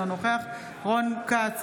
אינו נוכח רון כץ,